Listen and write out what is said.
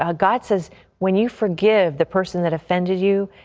ah god says when you forgive the person that offended you,